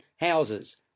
houses